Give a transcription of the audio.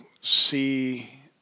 see